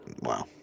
Wow